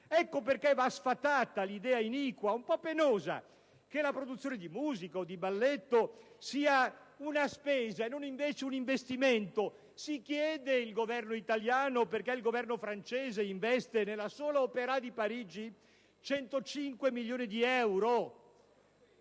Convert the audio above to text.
Ecco perché va sfatata l'idea iniqua, un po' penosa, che la produzione di musica o di baletto sia una spesa, e non un invece un investimento. Si chiede il Governo italiano, perché il Governo francese investe nella sola Opera di Parigi 105 milioni di euro?